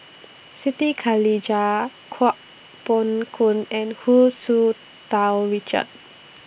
Siti Khalijah Kuo Pao Kun and Hu Tsu Tau Richard